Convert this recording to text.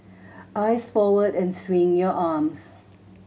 eyes forward and swing your arms